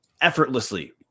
effortlessly